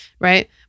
right